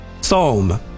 Psalm